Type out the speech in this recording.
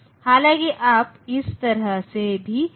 हालाँकि आप इस तरह से भी कर सकते हैं